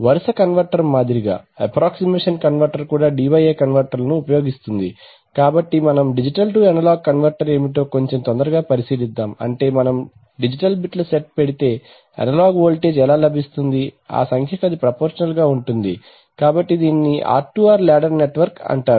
వరుస కన్వర్టర్ మాదిరిగా approximation converter కూడా DA కన్వర్టర్ను ఉపయోగిస్తుంది కాబట్టి మనం డిజిటల్ టు అనలాగ్ కన్వర్టర్ ఏమిటో కొంచెంతొందరగా పరిశీలిద్దాము అంటే మనం డిజిటల్ బిట్ల సెట్ పెడితే అనలాగ్ వోల్టేజ్ ఎలా లభిస్తుంది ఆ సంఖ్యకు అది ప్రపోర్షనాల్ గా ఉంటుంది కాబట్టి దీనిని R2R లాడర్ నెట్వర్క్ అంటారు